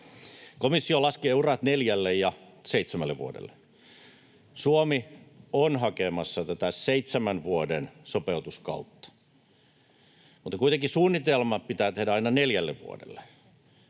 Komissio laskee urat neljälle ja seitsemälle vuodelle. Suomi on hakemassa tätä seitsemän vuoden sopeutuskautta. Kuitenkin suunnitelma pitää tehdä aina neljälle vuodelle.